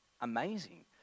amazing